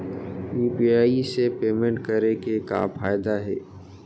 UPI से payment करे के का का फायदा हे?